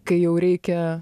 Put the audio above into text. kai jau reikia